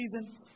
season